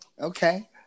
Okay